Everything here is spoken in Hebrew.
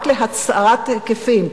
רק להצרת היקפים,